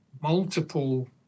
multiple